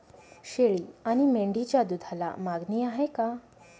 शेळी आणि मेंढीच्या दूधाला मागणी आहे का?